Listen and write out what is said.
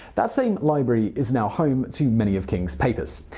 that same library is now home to many of king's papers.